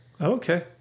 Okay